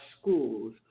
schools